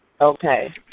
Okay